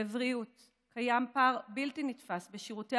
בבריאות קיים פער בלתי נתפס בשירותי